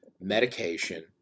medication